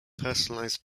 personalized